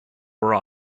were